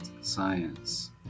Science